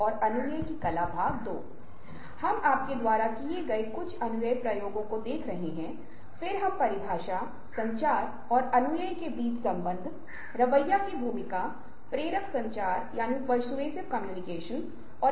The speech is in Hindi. और जैसा कि मैंने पहले उल्लेख किया है कि भावना और अनुभूति संबंधित हैं